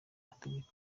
mategeko